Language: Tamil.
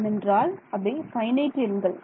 ஏனென்றால் அவை ஃபைனைட் எண்கள்